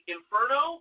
Inferno